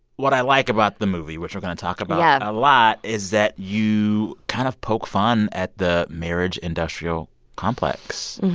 what i like about the movie, which we're going to talk about yeah a lot. yeah. is that you kind of poke fun at the marriage industrial complex.